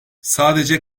sadece